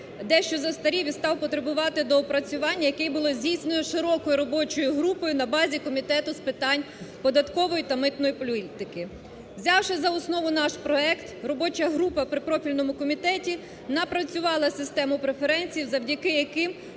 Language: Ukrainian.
дещо застарів і став потребувати доопрацювання, які були здійснені широкою робочою групою на базі Комітету з питань податкової та митної політики. Взявши за основу наш проект, робоча група при профільному комітеті напрацювала систему преференцій завдяки яким